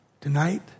Tonight